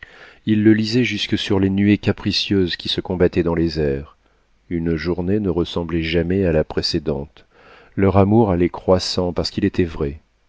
ils le lisaient jusque sur les nuées capricieuses qui se combattaient dans les airs une journée ne ressemblait jamais à la précédente leur amour allait croissant parce qu'il était vrai